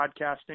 podcasting